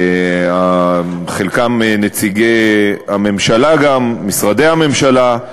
חלקם נציגי הממשלה, משרדי הממשלה,